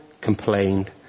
complained